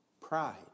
Pride